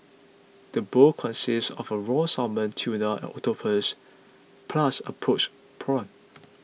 the bowl consists of a raw salmon tuna and octopus plus a poached prawn